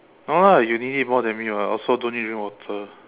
no lah you need it more than me [what] I also don't need to drink water